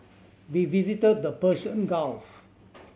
we visited the Persian Gulf